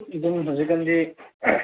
ꯑꯗꯨꯝ ꯍꯧꯖꯤꯛ ꯀꯥꯟꯗꯤ